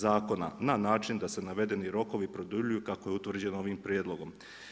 Zakona na način da se navedeni rokovi produljuju kako je utvrđeno ovim prijedlogom.